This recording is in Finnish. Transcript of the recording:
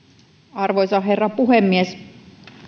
arvoisa herra puhemies